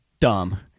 dumb